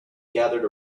gathered